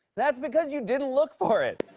that's because you didn't look for it.